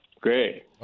Great